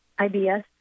IBS